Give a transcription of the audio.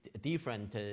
different